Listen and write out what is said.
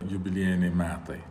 jubiliejiniai metai